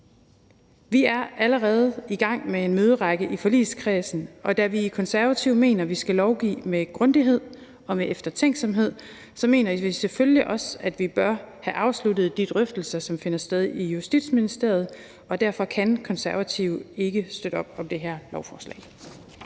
Vi er allerede i gang med en møderække i forligskredsen, og da vi i Konservative mener, at man skal lovgive med grundighed og eftertænksomhed, så mener vi selvfølgelig også, at man bør have afsluttet de drøftelse, som finder sted i Justitsministeriet. Og derfor kan Konservative ikke støtte op om det her lovforslag.